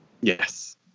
Yes